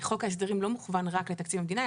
חוק ההסדרים לא מוכוון רק לתקציב המדינה,